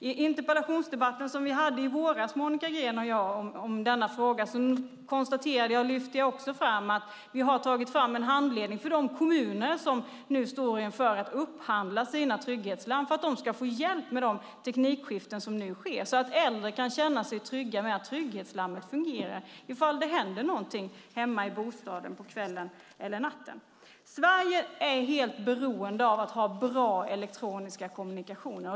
I den interpellationsdebatt som Monica Green och jag hade i våras om denna fråga lyfte jag också fram att vi har tagit fram en handledning för de kommuner som nu står inför att upphandla sina trygghetslarm för att de ska få hjälp med de teknikskiften som nu sker, så att äldre kan känna sig trygga med att trygghetslarmen fungerar ifall någonting händer hemma i bostaden på kvällen eller natten. Sverige är helt beroende av att ha bra elektroniska kommunikationer.